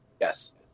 Yes